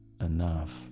enough